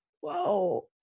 whoa